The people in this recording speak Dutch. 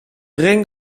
ring